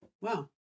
Wow